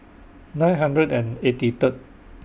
nine hundred and eighty Third